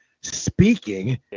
speaking